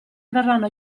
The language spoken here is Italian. verranno